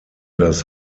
das